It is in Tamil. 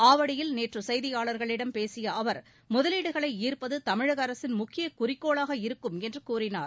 ஆவடியில் நேற்று செய்தியாளர்களிடம் பேசிய அவர் முதலீடுகளை ஈர்ப்பது தமிழக அரசின் முக்கிய குறிக்கோளாக இருக்கும் என்று கூறினார்